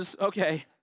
okay